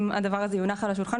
אם הדבר הזה יונח על השולחן,